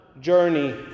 journey